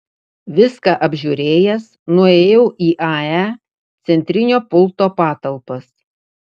viską apžiūrėjęs nuėjau į ae centrinio pulto patalpas